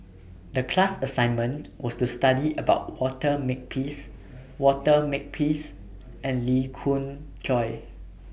The class assignment was to study about Walter Makepeace Walter Makepeace and Lee Khoon Choy